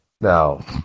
Now